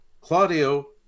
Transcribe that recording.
Claudio